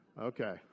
Okay